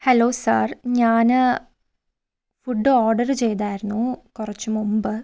hello sir ഞാന് food order ചെയ്തായിരുന്നു കുറച്ച് മുമ്പ്